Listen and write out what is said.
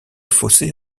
fossés